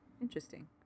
Interesting